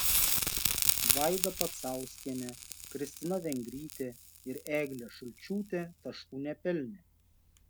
vaida pacauskienė kristina vengrytė ir eglė šulčiūtė taškų nepelnė